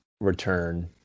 return